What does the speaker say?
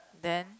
then